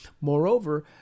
Moreover